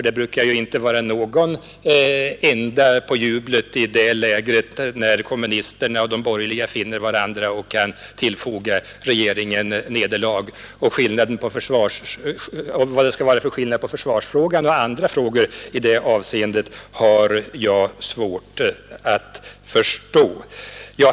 Det brukar inte vara någon ände på jublet i det lägret, när kommunisterna och de borgerliga finner varandra och kan tillfoga regeringen nederlag. Vad det skall vara för skillnad på försvarsfrågan och andra frågor i det avseendet har jag svårt att förstå.